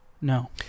No